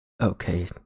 Okay